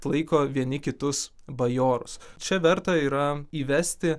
laiko vieni kitus bajorus čia verta yra įvesti